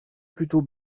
plutôt